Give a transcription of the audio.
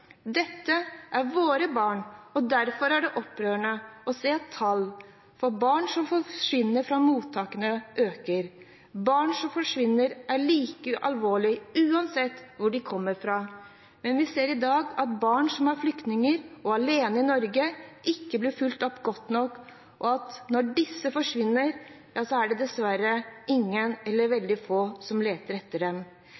Dette er våre barn, og derfor er det opprørende å se at tallet på barn som forsvinner fra mottakene, øker. Barn som forsvinner er like alvorlig, uansett hvor de kommer fra, men vi ser i dag at barn som er flyktninger og alene i Norge, ikke blir fulgt opp godt nok, og at når disse forsvinner, er det dessverre ingen eller